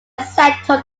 settled